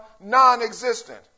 non-existent